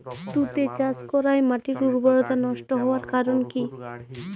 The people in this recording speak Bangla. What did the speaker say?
তুতে চাষ করাই মাটির উর্বরতা নষ্ট হওয়ার কারণ কি?